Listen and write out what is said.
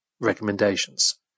recommendations